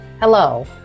Hello